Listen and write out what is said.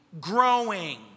growing